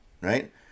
right